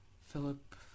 Philip